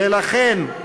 ולכן,